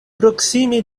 proksime